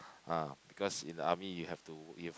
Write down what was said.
ah because in the army you have to you